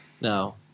No